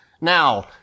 Now